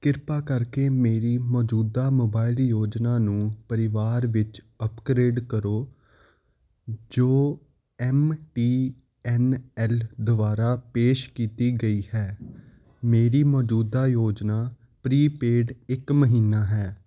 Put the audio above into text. ਕਿਰਪਾ ਕਰਕੇ ਮੇਰੀ ਮੌਜੂਦਾ ਮੋਬਾਈਲ ਯੋਜਨਾ ਨੂੰ ਪਰਿਵਾਰ ਵਿੱਚ ਅਪਗ੍ਰੇਡ ਕਰੋ ਜੋ ਐੱਮ ਟੀ ਐੱਨ ਐੱਲ ਦੁਆਰਾ ਪੇਸ਼ ਕੀਤੀ ਗਈ ਹੈ ਮੇਰੀ ਮੌਜੂਦਾ ਯੋਜਨਾ ਪ੍ਰੀਪੇਡ ਇੱਕ ਮਹੀਨਾ ਹੈ